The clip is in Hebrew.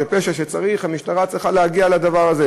זה פשע שצריך, המשטרה צריכה להגיע לדבר הזה.